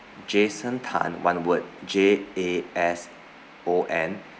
jason tan one word J A S O N